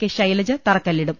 K Shailaja തറക്കല്ലിടും